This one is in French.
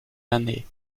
années